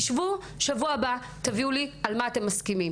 תשבו בשבוע הבא, תגידו לי על מה אתם מסכימים